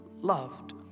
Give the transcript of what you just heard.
loved